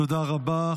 תודה רבה.